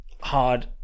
hard